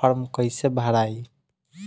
Form कैसे भड़ाई?